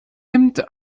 nimmt